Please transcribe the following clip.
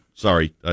Sorry